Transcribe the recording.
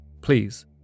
Please